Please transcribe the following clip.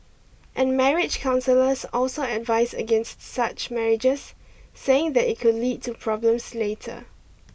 and marriage counsellors also advise against such marriages saying that it could lead to problems later